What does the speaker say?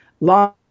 long